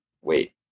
wait